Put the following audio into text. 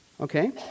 Okay